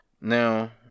Now